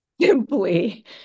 Simply